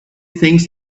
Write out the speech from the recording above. things